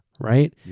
right